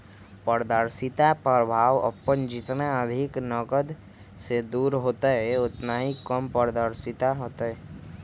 पारदर्शिता प्रभाव अपन जितना अधिक नकद से दूर होतय उतना ही कम पारदर्शी होतय